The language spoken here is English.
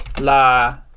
la